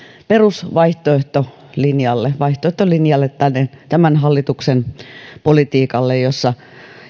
perusvaihtoehtolinjalle vaihtoehtolinjalle tämän hallituksen politiikalle jossa